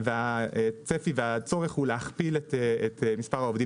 הצפי והצורך הוא להכפיל את מספר העובדים